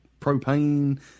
propane